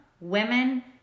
women